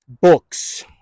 Books